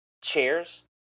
chairs